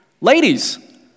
Ladies